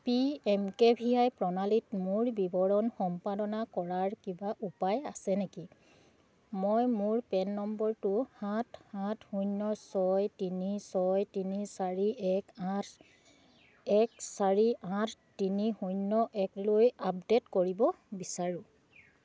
P M K V Y প্ৰণালীত মোৰ বিৱৰণ সম্পাদনা কৰাৰ কিবা উপায় আছে নেকি মই মোৰ পেন নম্বৰটো সাত সাত শূন্য ছয় তিনি ছয় তিনি চাৰি এক আঠ এক চাৰি আঠ তিনি শূন্য একলৈ আপডেট কৰিব বিচাৰোঁ